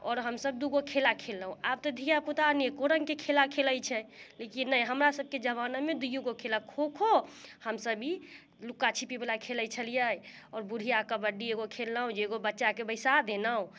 आओर हम सभ दूगो खेला खेललहुँ आब तऽ धिआपुता नहि एको रङ्गके खेला खेलैत छै लेकिन नहि हमरा सभकेँ जमानामे दुइयै गो खेला खोखो हम सभ ई लुका छिपी बला खेला खेलैत छेलियै आओर बुढ़िआ कबड्डी एगो खेललहुँ जे एगो बच्चाके बैसा देलहुँ